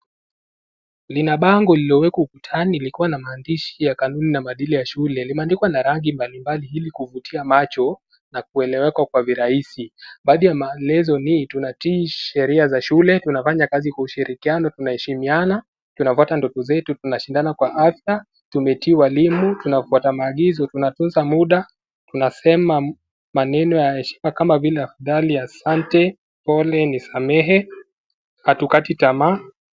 Lina bango lillilo wekwa ukutani likiwa na maandishi ya kanuni na maadili ya shule . Limeandikwa na rangi mbalimbali Ili kuvutia macho na kueleweka kwa urahisi . Baadhi ya maelezo hizi ni: tunatii Sheria za shule na tukafanya kazi kwa ushirikiano na tunaeshimiana, tunafata nfoti zote na tuna tumetii walimu na tunatunza muda na tunasema maneno ya heshima kama vile Asante , pole , nisamehe , hatukati tamaa.